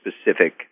specific